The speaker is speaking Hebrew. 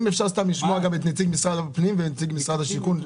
אם אפשר לשמוע גם את נציג משרד הפנים ואת נציג משרד השיכון.